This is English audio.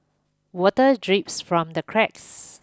water drips from the cracks